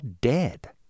dead